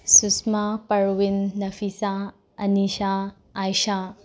ꯁꯨꯁꯃꯥ ꯄꯔꯋꯤꯟ ꯅꯐꯤꯆꯥ ꯑꯅꯤꯁꯥ ꯑꯥꯏꯁꯥ